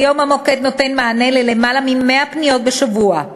כיום המוקד נותן מענה ללמעלה מ-100 פניות בשבוע,